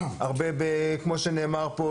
הרבה כמו שנאמר פה,